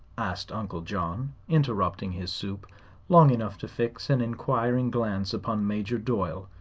asked uncle john, interrupting his soup long enough to fix an inquiring glance upon major doyle,